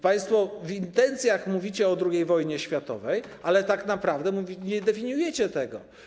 Państwo w intencjach mówicie o II wojnie światowej, ale tak naprawdę nie definiujecie tego.